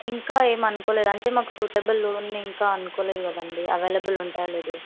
ఇంకా ఏమి అనుకోలేదు అంటే మాకు సూటబుల్ లోన్ ఇంకా అనుకోలేదు కదండి అవైలబుల్ ఉంటాయో లేదో